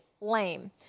Lame